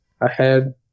ahead